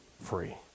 free